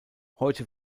heute